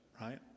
right